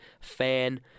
fan